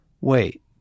wait